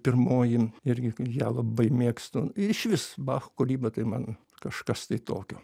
pirmoji irgi ją labai mėgstu ir išvis bacho kūryba tai man kažkas tai tokio